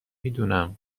میدونم